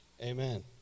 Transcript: Amen